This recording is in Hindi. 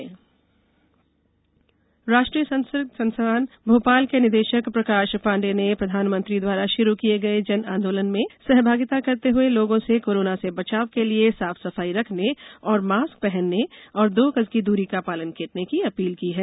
जन आंदोलन राष्ट्रीय संस्कृत संस्थान भोपाल के निदेशक प्रकाश पाण्डे ने प्रधानमंत्री द्वारा शुरू किये गए जन आंदोलन में सहभागिता करते हुए लोगों से कोरोना से बचाव के लिए साफ सफाई रखने मास्क पहनने और दो गज की दूरी का पालन करने की अपील की है